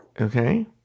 okay